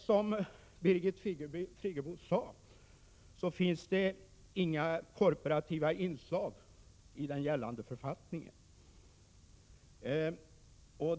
Som Birgit Friggebo sade finns det inga korporativa inslag i den gällande författningen.